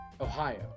Ohio